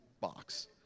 box